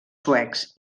suecs